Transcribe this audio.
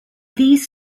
these